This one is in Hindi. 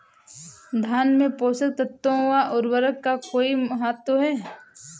धान में पोषक तत्वों व उर्वरक का कोई महत्व है?